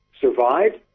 survived